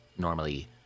Normally